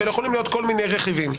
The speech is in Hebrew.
ויכולים להיות מיני רכיבים.